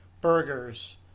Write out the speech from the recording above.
burgers